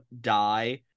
die